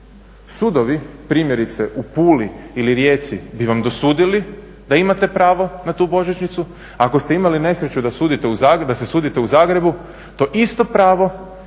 Sudovi primjerice u Puli ili Rijeci bi vam dosudili da imate pravo na tu božićnicu, a ako ste imali nesreću da se sudite u Zagrebu to isto pravo